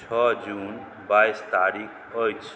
छओ जून बाइस तारिख अछि